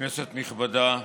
כנסת נכבדה,